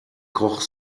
koch